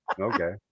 okay